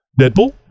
Deadpool